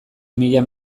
mila